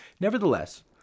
Nevertheless